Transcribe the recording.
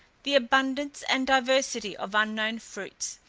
the abundance and diversity of unknown fruits,